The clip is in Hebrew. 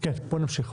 בואו נמשיך.